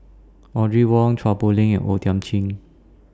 Audrey Wong Chua Poh Leng and O Thiam Chin